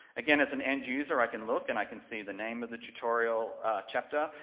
again as an end user i can look and i can see the name of the tutorial chapter,